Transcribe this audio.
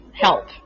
Help